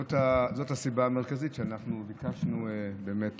זאת הסיבה המרכזית שאנחנו ביקשנו באמת